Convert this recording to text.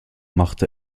machte